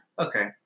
Okay